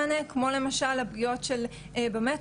בציטוט שנאמר: "לחצתי אני על דיווח,